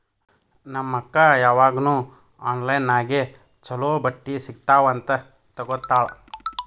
ನಮ್ ಅಕ್ಕಾ ಯಾವಾಗ್ನೂ ಆನ್ಲೈನ್ ನಾಗೆ ಛಲೋ ಬಟ್ಟಿ ಸಿಗ್ತಾವ್ ಅಂತ್ ತಗೋತ್ತಾಳ್